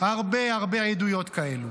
הרבה-הרבה עדויות כאלה.